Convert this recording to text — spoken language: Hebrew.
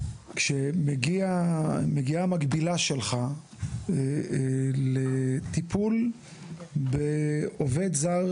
כשמגיעה המקבילה שלך לטיפול בעובד זר